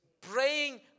praying